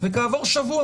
וכעבור שבוע,